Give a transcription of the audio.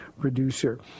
producer